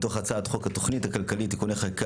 מתוך הצעת חוק התוכנית הכלכלית (תיקוני חקיקה